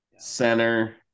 Center